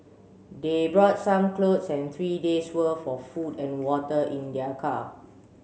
they brought some clothes and three days' worth of food and water in their car